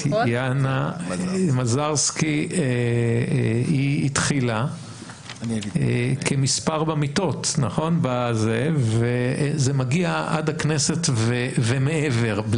טטיאנה מזרסקי היא התחילה כמספר במיטות וזה מגיע עד הכנסת ומעבר,